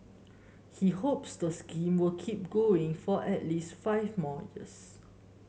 he hopes the scheme will keep going for at least five more years